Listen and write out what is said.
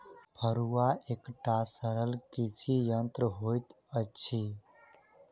फड़ुआ एकटा सरल कृषि यंत्र होइत अछि